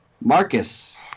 Marcus